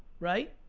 right?